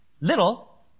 Little